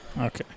Okay